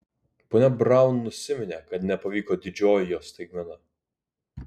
ponia braun nusiminė kad nepavyko didžioji jos staigmena